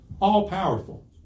all-powerful